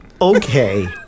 Okay